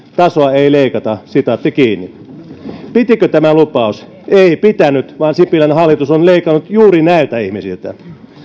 tasoa ei leikata pitikö tämä lupaus ei pitänyt vaan sipilän hallitus on leikannut juuri näiltä ihmisiltä